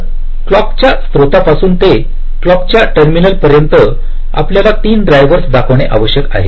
तर क्लॉक च्या स्त्रोतापासून ते क्लॉक च्या टर्मिनल पर्यंत आपल्याला 3 ड्राइव्हर्स दाखवणे आवश्यक आहे